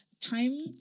time